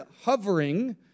hovering